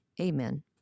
amen